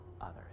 others